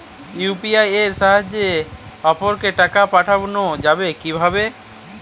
UPI এর সাহায্যে অপরকে টাকা পাঠানো যাবে কিভাবে?